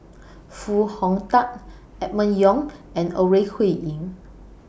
Foo Hong Tatt Emma Yong and Ore Huiying